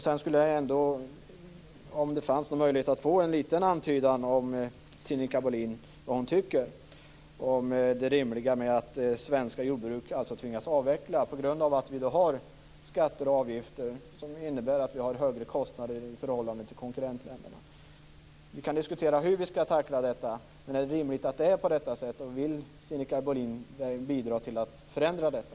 Sedan skulle jag också om det är möjligt vilja få någon liten antydan från Sinikka Bohlin om vad hon tycker i frågan om det är rimligt att svenska jordbruk tvingas avveckla på grund av att vi har skatter och avgifter som innebär att vi har högre kostnader i förhållande till konkurrentländerna. Vi kan diskutera hur vi skall tackla detta. Men är det rimligt att det är på det sättet? Vill Sinikka Bohlin bidra till att förändra detta?